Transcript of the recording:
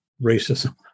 racism